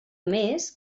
més